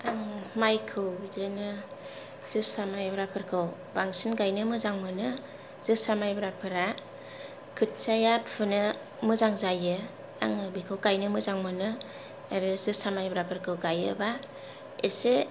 आं माइखौ बिदिनो जोसा मायब्राफोरखौ बांसिन गायनो मोजां मोनो जोसा मायब्राफोरा खोथियाया फुनो मोजां जायो आङो बेखौ गायनो मोजां मोनो आरो जोसा मायब्राफोरखौ गायोबा एसे